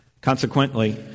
Consequently